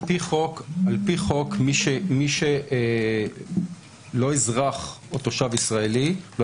על פי חוק מי שלא אזרח או תושב ישראלי לא